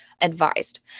advised